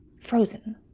frozen